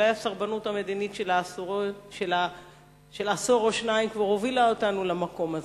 אולי סרבנות מדינית של עשור או שניים כבר הובילה אותנו למקום הזה.